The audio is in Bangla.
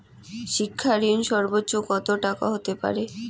শিক্ষা ঋণ সর্বোচ্চ কত টাকার হতে পারে?